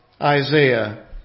Isaiah